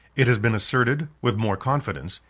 it has been asserted, with more confidence,